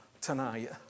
tonight